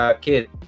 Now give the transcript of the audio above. Kid